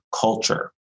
culture